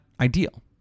ideal